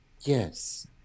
Yes